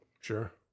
Sure